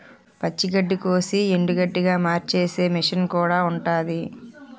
పచ్చి గడ్డికోసి ఎండుగడ్డిగా మార్చేసే మిసన్ కూడా ఉంటాది